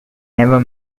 never